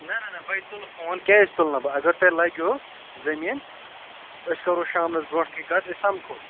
نہ نہ نہ بہٕ ہے تُلہٕ فون کیٛاز تُلنہٕ بہٕ اگر تۄہہِ لَگوُ زٔمیٖن أسۍ کَرو شامنَس برونٛٹھ کَنۍ کَتھ أسۍ سَمکھو